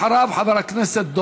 חבר הכנסת איציק שמולי,